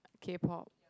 K-Pop